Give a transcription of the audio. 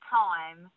time